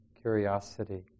curiosity